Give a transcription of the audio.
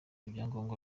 ibyangombwa